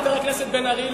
חבר הכנסת בן-ארי,